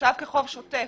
כחוב שוטף.